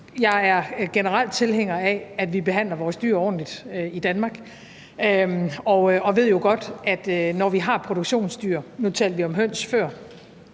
Jeg er generelt tilhænger af, at vi behandler vores dyr ordentligt i Danmark, og jeg ved jo godt, at når vi har produktionsdyr – nu talte vi om høns,